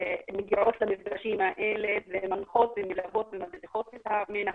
מגיעות למפגשים האלה ומנחות ומדריכות את המנהלים,